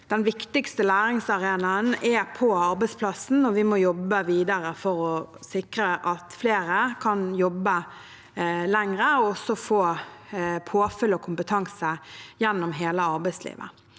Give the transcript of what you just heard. den viktigste læringsarenaen er på arbeidsplassen, og vi må jobbe videre for å sikre at flere kan jobbe lenger og også få påfyll av kompetanse gjennom hele arbeidslivet.